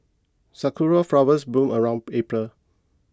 sakura flowers bloom around April